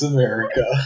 America